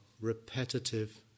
repetitive